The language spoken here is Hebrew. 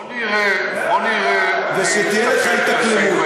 בוא נראה מי יצטרך את סעיף ההתאקלמות,